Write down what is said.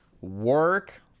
work